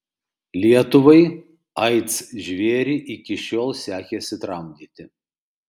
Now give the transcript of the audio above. lietuvai aids žvėrį iki šiol sekėsi tramdyti